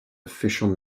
official